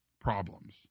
problems